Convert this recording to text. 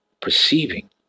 perceiving